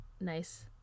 nice